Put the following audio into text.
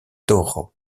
toro